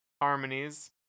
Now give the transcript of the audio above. harmonies